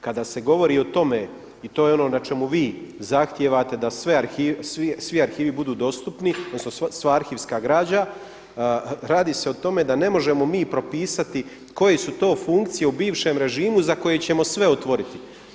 Kada se govori o tome i to je ono na čemu vi zahtijevate da svi arhivi budu dostupni odnosno sva arhivska građa, radi se o tome da ne možemo mi propisati koje su to funkcije u bivšem režimu za koje ćemo sve otvoriti.